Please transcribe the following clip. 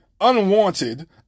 unwanted